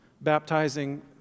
baptizing